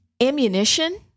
ammunition